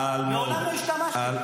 מעולם לא השתמשתי בו.